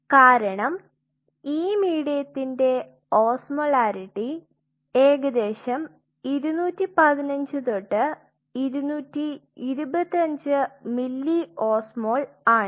കാരണം ഈ മീഡിയത്തിന്റെ ഓസ്മോളാരിറ്റി ഏകദേശം 215 തൊട്ട് 225 മില്ലിഓസ്മോൾ ആണ്